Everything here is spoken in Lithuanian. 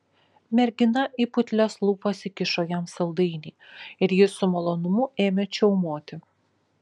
mergina į putlias lūpas įkišo jam saldainį ir jis su malonumu ėmė čiaumoti